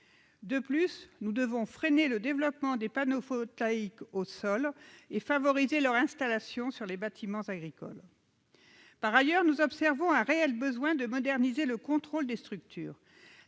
De plus, nous devons freiner le développement des panneaux photovoltaïques au sol et favoriser leur installation sur les bâtiments agricoles. Par ailleurs, nous observons un réel besoin de moderniser le contrôle des structures.